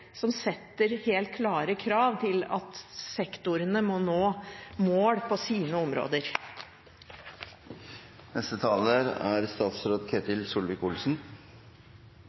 som setter helt klare krav til at sektorene må nå mål på sine områder. Det er